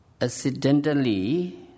accidentally